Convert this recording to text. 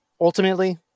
Ultimately